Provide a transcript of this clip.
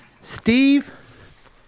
Steve